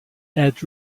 add